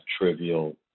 trivial